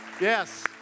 Yes